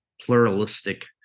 pluralistic